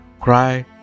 Cry